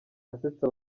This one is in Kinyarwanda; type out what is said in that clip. asetsa